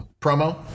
promo